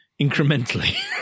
incrementally